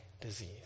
disease